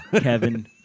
Kevin